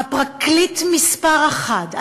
הפרקליט מספר אחת,